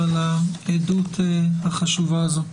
על הדברים המרגשים ועל העדות החשובה הזו.